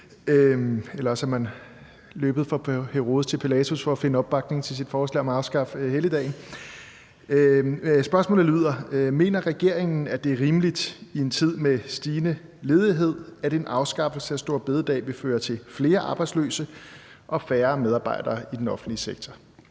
eller også har man løbet fra Herodes til Pilatus for at finde opbakning til sit forslag om at afskaffe en helligdag. Spørgsmålet lyder: Mener regeringen, at det er rimeligt i en tid med stigende ledighed, at en afskaffelse af store bededag vil føre til flere arbejdsløse og færre medarbejdere i den offentlige velfærd?